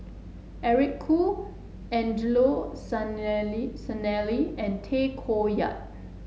Eric Khoo Angelo Sanelli Sanelli and Tay Koh Yat